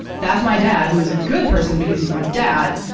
that's my dad, who is a good person because he's my dad,